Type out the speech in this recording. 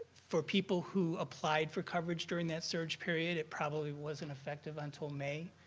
for people who applied for coverage during that surge period, it probably wasn't effective until may,